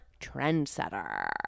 trendsetter